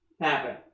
happen